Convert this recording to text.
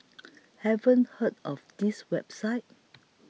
haven't heard of this website